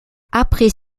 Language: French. après